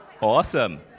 Awesome